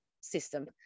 system